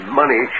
money